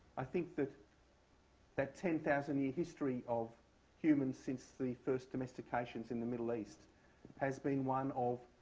i think that that ten thousand year history of humans since the first domestications in the middle east has been one of